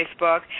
facebook